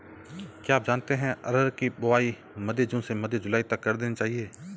क्या आप जानते है अरहर की बोआई मध्य जून से मध्य जुलाई तक कर देनी चाहिये?